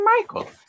Michael